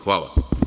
Hvala.